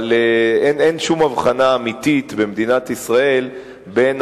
אבל אין שום הבחנה אמיתית במדינת ישראל בין